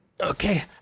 Okay